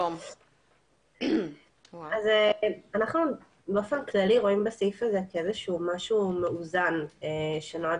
אנחנו רואים בסעיף הזה משהו מאוזן שנועד